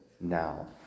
now